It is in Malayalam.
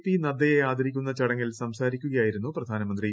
പി നദ്ദയെ ആദരിക്കുന്ന ചടങ്ങിൽ സംസാരിക്കുകയായിരുന്നു പ്രധാനമന്ത്രി